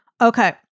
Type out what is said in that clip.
Okay